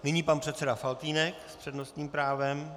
Nyní pan předseda Faltýnek s přednostním právem.